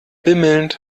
bimmelnd